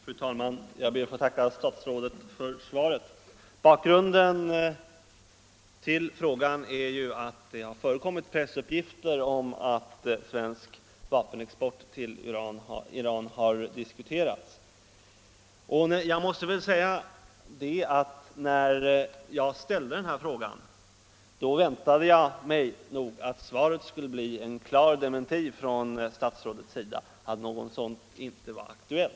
Fru talman! Jag ber att få tacka statsrådet för svaret. Bakgrunden till frågan är att det har förekommit pressuppgifter om att svensk vapenexport till Iran har diskuterats. När jag ställde frågan väntade jag mig nog att svaret skulle bli en klar dementi från statsrådets sida, att någon sådan vapenexport inte var aktuell.